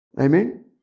Amen